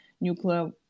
nuclear